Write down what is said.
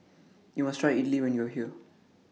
YOU must Try Idly when YOU Are here